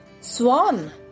Swan